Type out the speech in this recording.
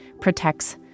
protects